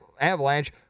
avalanche